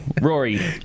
rory